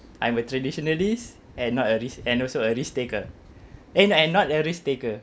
I'm a traditionalist and not a risk and also a risk taker and not and not a risk taker